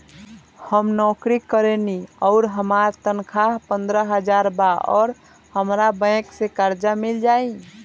हम नौकरी करेनी आउर हमार तनख़ाह पंद्रह हज़ार बा और हमरा बैंक से कर्जा मिल जायी?